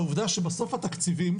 העובדה שבסוף התקציבים,